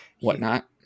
whatnot